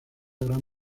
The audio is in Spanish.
gran